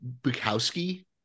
Bukowski